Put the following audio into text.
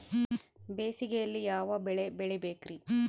ಬೇಸಿಗೆಯಲ್ಲಿ ಯಾವ ಬೆಳೆ ಬೆಳಿಬೇಕ್ರಿ?